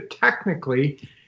technically